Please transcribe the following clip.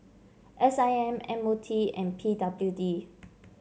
S I M M O T and P W D